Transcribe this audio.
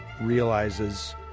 realizes